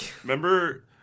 remember